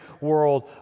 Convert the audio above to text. world